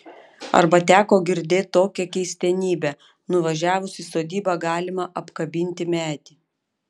arba teko girdėt tokią keistenybę nuvažiavus į sodybą galima apkabinti medį